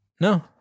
No